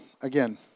again